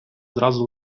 зразу